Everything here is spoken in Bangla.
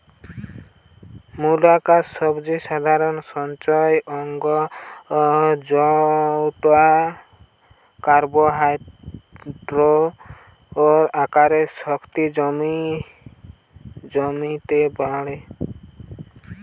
মূলাকার সবজি সাধারণত সঞ্চয় অঙ্গ জউটা কার্বোহাইড্রেটের আকারে শক্তি জমিতে বাড়ি যায়